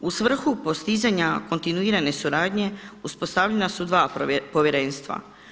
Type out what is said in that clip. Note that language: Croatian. U svrhu postizanja kontinuirane suradnje uspostavljena su dva povjerenstva.